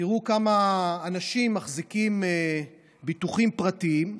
תראו כמה אנשים מחזיקים ביטוחים פרטיים,